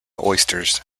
oysters